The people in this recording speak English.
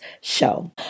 show